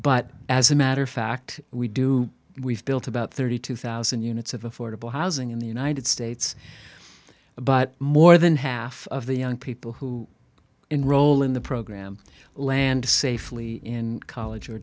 but as a matter of fact we do we've built about thirty two thousand units of affordable housing in the united states but more than half of the young people who enroll in the program landed safely in college